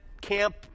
camp